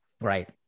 Right